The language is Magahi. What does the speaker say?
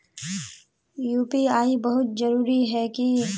यु.पी.आई बहुत जरूरी है की?